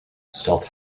stealth